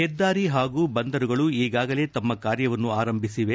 ಹೆದ್ದಾರಿ ಹಾಗೂ ಬಂದರುಗಳು ಈಗಾಗಲೇ ತಮ್ಮ ಕಾರ್ಯವನ್ನು ಆರಂಭಿಸಿದೆ